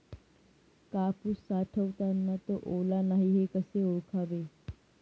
कापूस साठवताना तो ओला नाही हे कसे ओळखावे?